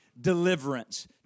deliverance